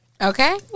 Okay